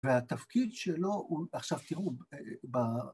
והתפקיד שלו הוא, עכשיו תראו